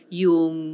yung